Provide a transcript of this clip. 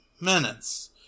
minutes